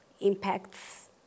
impacts